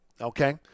okay